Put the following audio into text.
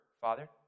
Father